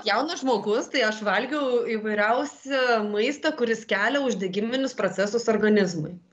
jaunas žmogus tai aš valgiau įvairiausią maistą kuris kelia uždegiminius procesus organizmui